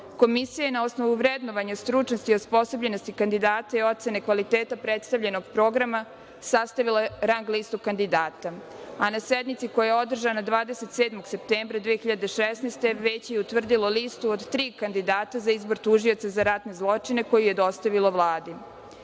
Beogradu. Komisija je na osnovu vrednovanja stručnosti i osposobljenosti kandidata i ocene kvaliteta predstavljenog programa sastavila rang listu kandidata, a na sednici, koja je održana 27. septembra 2016. godine, Veće je utvrdilo listu od tri kandidata za izbor tužioca za ratne zločine, koju je dostavilo